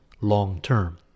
long-term